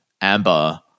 amber